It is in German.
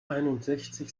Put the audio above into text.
einundsechzig